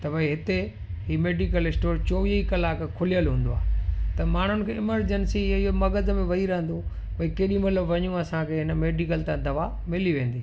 त भई हीअ मेडिकल स्टोर चोवीह कलाक खुलियल हूंदो आहे त माण्हुनि खे इमरजेंसी इहा मग़ज में इहो वेही रहंदो केॾी महिल वञूं असांखे हिन मेडिकल तां दवा मिली वेंदी